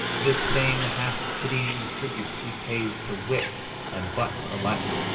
this same half-pitying tribute he pays to wit and butt alike.